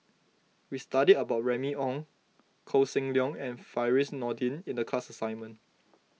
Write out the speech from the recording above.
we studied about Remy Ong Koh Seng Leong and Firdaus Nordin in the class assignment